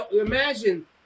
imagine